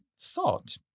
thought